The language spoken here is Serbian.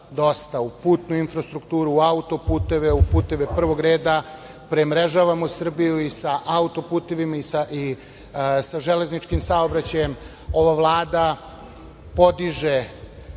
dosta u putnu infrastrukturu, autoputeve, u puteve prvog reda, premrežavamo Srbiju i sa autoputevima i sa železničkim saobraćajem. Ova Vlada podiže